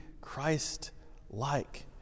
Christ-like